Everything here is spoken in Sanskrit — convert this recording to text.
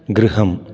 गृहम्